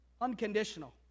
unconditional